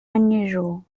unusual